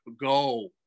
go